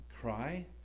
cry